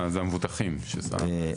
זה המבוטחים שסובלים מזה.